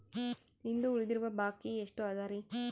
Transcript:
ಇಂದು ಉಳಿದಿರುವ ಬಾಕಿ ಎಷ್ಟು ಅದರಿ?